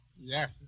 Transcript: Yes